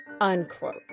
Unquote